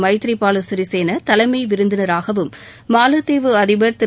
மைத்ரிபால சிரிசேன தலைமை விருந்தினராகவும் மாலத்தீவு அதிபர் திரு